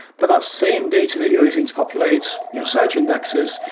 but that same data that you're using to populate your search indexes,